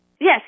Yes